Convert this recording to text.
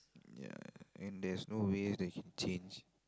ya and there's no way that can change